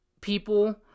people